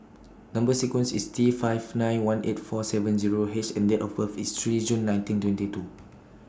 Number sequence IS T five nine one eight four seven Zero H and Date of birth IS three June nineteen twenty two